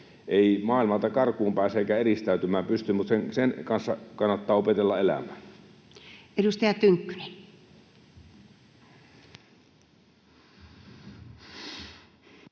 Ei maailmalta karkuun pääse eikä eristäytymään pysty, mutta sen kanssa kannattaa opetella elämään. [Speech